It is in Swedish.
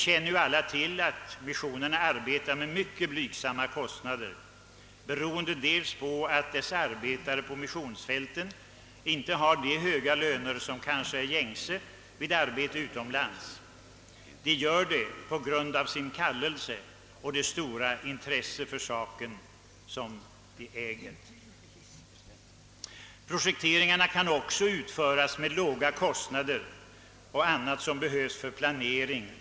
Som alla vet arbetar missionerna med mycket låga omkostnader, delvis beroende på att deras arbetare på missionsfälten inte har så höga löner som annars brukar utgå vid arbete utomlands; de arbetar under dessa villkor på grund av sin kallelse och det stora intresse för saken som de äger. Projekteringarna kan också utföras med låga kostnader liksom annat som behövs för planeringen.